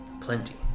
plenty